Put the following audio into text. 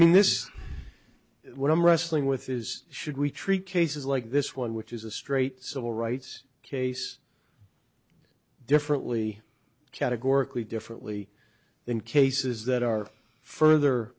mean this is what i'm wrestling with is should we treat cases like this one which is a straight civil rights case differently categorically differently in cases that are further